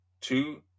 two